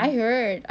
but you know